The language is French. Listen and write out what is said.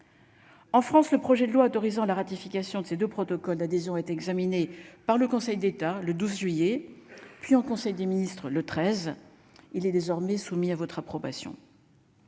En France, le projet de loi autorisant la ratification de ces 2 protocoles d'adhésion examiné par le Conseil d'État le 12 juillet puis en conseil des ministres, le treize, il est désormais soumis à votre approbation.